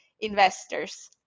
investors